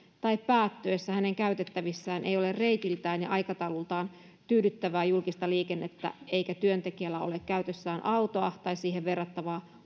tai päättyessä hänen käytettävissään ei ole reitiltään ja aikataulultaan tyydyttävää julkista liikennettä eikä työntekijällä ole käytössään autoa tai siihen verrattavaa